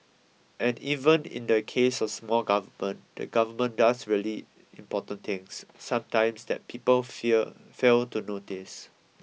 and even in the case of small government the government does really important things sometimes that people fail to notice